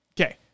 okay